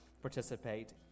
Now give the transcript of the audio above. participate